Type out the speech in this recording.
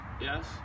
yes